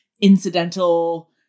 incidental